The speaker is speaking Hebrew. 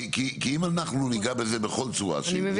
כי אם אנחנו נגע בזה בכל צורה שהיא,